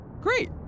Great